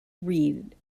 reed